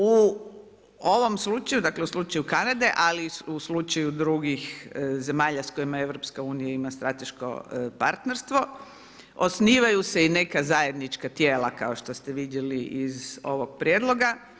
U ovom slučaju, dakle, u slučaju Kanade ali i u slučaju drugih zemalja s kojima EU ima strateško partnerstvo, osnivaju se i neka zajednička tijela, kao što ste vidjeli iz ovog prijedloga.